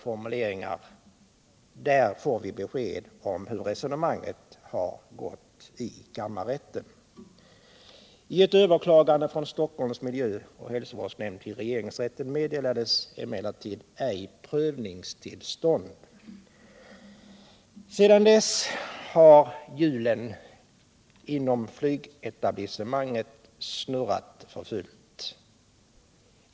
Där får vi alltså besked om hur resonemanget har gått i kammarrätten. Sedan dess har hjulen inom flygetablissemanget snurrat för fullt.